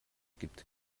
gibt